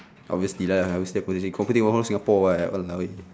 obviously lah competing with one whole singapore [what] !walao! eh